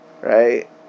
right